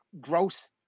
gross